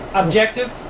Objective